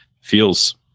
feels